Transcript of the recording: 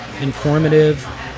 informative